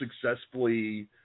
successfully